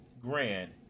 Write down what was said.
grand